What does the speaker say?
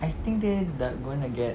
I think dia dah gonna get